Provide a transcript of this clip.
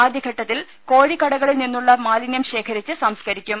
ആദ്യ ഘട്ട ത്തിൽ കോഴിക്കടകളിൽ നിന്നുള്ള മാലിന്യം ശേഖരി ച്ച് സംസ്കരിക്കും